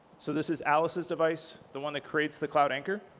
so this is alice's device, the one that creates the cloud anchor.